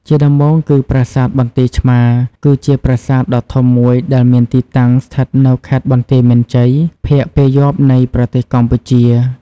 ជាដំបូង គឺប្រាសាទបន្ទាយឆ្មារ គឺជាប្រាសាទដ៏ធំមួយដែលមានទីតាំងស្ថិតនៅខេត្តបន្ទាយមានជ័យ ភាគពាយព្យនៃប្រទេសកម្ពុជា។